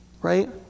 Right